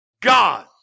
God